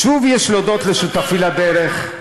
שוב, יש להודות לשותפי לדרך,